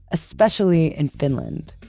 especially in finland,